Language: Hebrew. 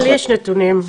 יש לך נתונים?